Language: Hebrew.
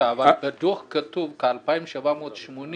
בדוח כתוב ש-2,780